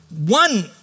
One